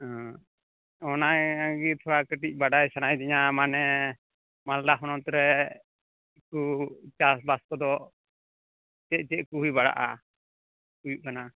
ᱦᱩᱸ ᱚᱱᱟ ᱜᱮ ᱛᱷᱚᱲᱟ ᱠᱟᱹᱴᱤᱡ ᱵᱟᱰᱟᱭ ᱥᱟᱱᱟᱭᱮᱫᱤᱧᱟ ᱢᱟᱱᱮ ᱢᱟᱞᱫᱟ ᱦᱚᱱᱚᱛ ᱨᱮ ᱩᱛᱩ ᱪᱟᱥ ᱵᱟᱥ ᱠᱚᱫᱚ ᱪᱮᱫ ᱪᱮᱫ ᱠᱚ ᱦᱩᱭ ᱵᱟᱲᱟᱜᱼᱟ ᱦᱩᱭᱩᱜ ᱠᱟᱱᱟ